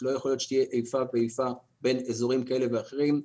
לא יכול להיות שיהיה איפה ואיפה בין אזורים כאלה ואחרים.